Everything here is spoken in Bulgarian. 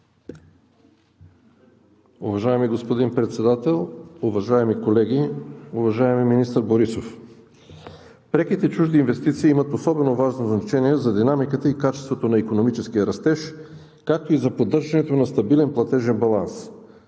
Уважаеми господин Председател, уважаеми колеги! Уважаеми министър Борисов, преките чужди инвестиции имат особено важно значение за динамиката и качеството на икономическия растеж, както и за поддържането на стабилен платежен баланс,